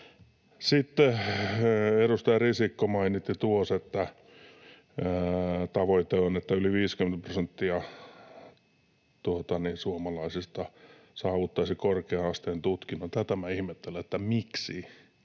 Sitten edustaja Risikko mainitsi tuossa, että tavoite on, että yli 50 prosenttia suomalaisista saavuttaisi korkea-asteen tutkinnon. Tätä ihmettelen, että miksi